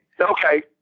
Okay